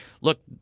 look